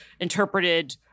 interpreted